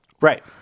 Right